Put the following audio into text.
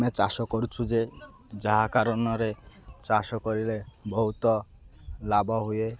ଆମେ ଚାଷ କରୁଛୁ ଯେ ଯାହା କାରଣରେ ଚାଷ କରିଲେ ବହୁତ ଲାଭ ହୁଏ